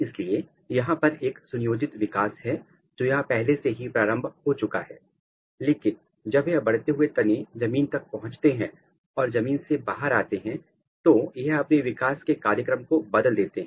इसलिए यहां पर एक सुनियोजित विकास है जो यहां पहले से ही प्रारंभ हो चुका है लेकिन जब यह बढ़ते हुए तने जमीन तक पहुंचते हैं और जब जमीन से बाहर आते हैं तो यह अपने विकास के कार्यक्रम को बदल देते हैं